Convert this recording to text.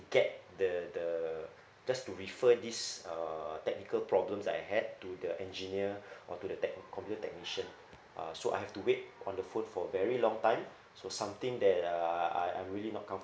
get the the just to refer this uh technical problems that I had to the engineer or to the tech computer technician uh so I have to wait on the phone for very long time so something that uh I I'm really not comfortable